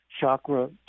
chakra